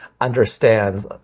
understands